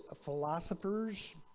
philosophers